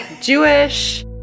Jewish